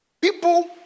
People